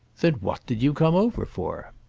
then what did you come over for?